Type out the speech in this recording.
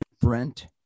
Brent